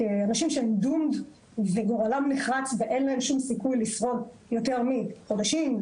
כאנשים שגורלם נחרץ ואין להם שום סיכוי לשרוד יותר מחודשים,